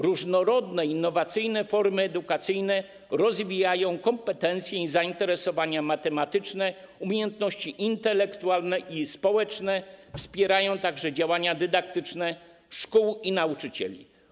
Różnorodne i innowacyjne formy edukacyjne rozwijają kompetencje i zainteresowania matematyczne, umiejętności intelektualne i społeczne, wspierają także działania dydaktyczne szkół i nauczycieli.